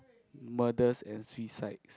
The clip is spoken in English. murder and suicide